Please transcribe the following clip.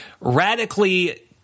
radically